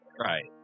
Right